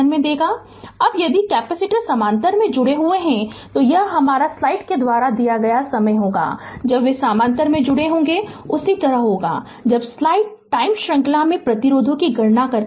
Refer slide time 1242 अब यदि capacitor समानांतर में जुड़े हुए हैं तो यह हमारा स्लाइड के द्वारा दिया गया समय होगा जब वे समानांतर में जुड़े होंगे यह उसी तरह होगा जब स्लाइड टाइम श्रृंखला में प्रतिरोधों की गणना करता है